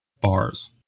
bars